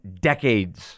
decades